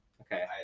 Okay